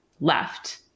left